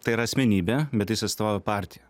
tai yra asmenybė bet jis įstojo į partiją